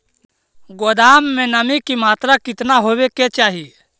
गोदाम मे नमी की मात्रा कितना होबे के चाही?